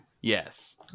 yes